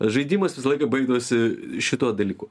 žaidimas visą laiką baigdavosi šituo dalyku